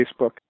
Facebook